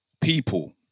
people